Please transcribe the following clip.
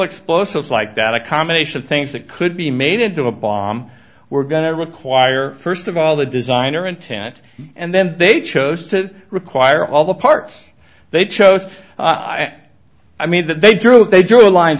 explosives like that a combination of things that could be made into a bomb we're going to require first of all the designer intent and then they chose to require all the parts they chose i mean that they drew they drew a line